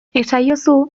esaiozu